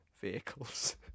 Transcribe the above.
vehicles